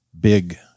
big